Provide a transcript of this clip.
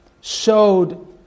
showed